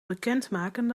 bekendmaken